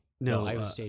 No